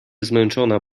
zmęczona